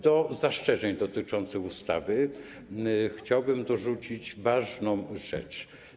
Do zastrzeżeń dotyczących ustawy chciałbym dorzucić ważną rzecz.